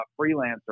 freelancer